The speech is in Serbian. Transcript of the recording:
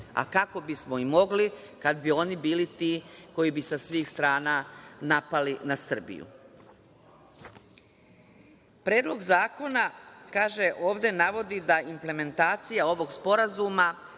a kako bismo i mogli kad bi oni bili ti koji bi sa svih strana napali na Srbiju. Predlog zakona, ovde navodi, da implementacija ovog Sporazuma